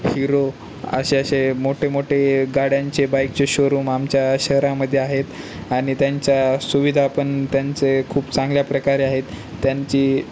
hero असे असे मोठे मोठे गाड्यांचे बाईकचे शोरूम आमच्या शहरामध्ये आहेत आणि त्यांच्या सुविधा पण त्यांचे खूप चांगल्या प्रकारे आहेत त्यांची